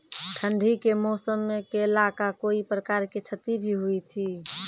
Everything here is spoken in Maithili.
ठंडी के मौसम मे केला का कोई प्रकार के क्षति भी हुई थी?